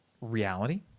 reality